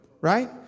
right